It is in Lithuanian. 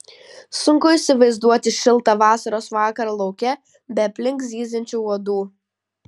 sunku įsivaizduoti šiltą vasaros vakarą lauke be aplink zyziančių uodų